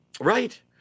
right